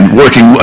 working